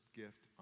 gift